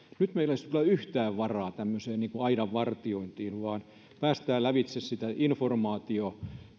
nyt meillä ei olisi kyllä yhtään varaa tämmöiseen aidan vartiointiin vaan pitää päästää lävitse sitä informaatiota